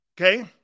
Okay